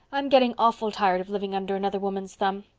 i'm getting awful tired of living under another woman's thumb.